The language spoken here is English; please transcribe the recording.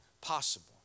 possible